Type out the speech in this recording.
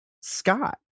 scott